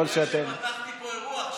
ככל שאתם, אני רואה שפתחתי פה אירוע עכשיו.